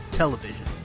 television